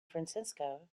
francisco